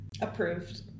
Approved